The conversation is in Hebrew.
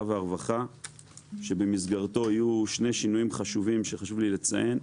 והרווחה שבמסגרתו יהיו שני שינויים חשובים שחשוב לי לציין.